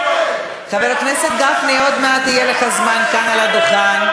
חבר הכנסת גפני, עוד מעט יהיה לך זמן על הדוכן.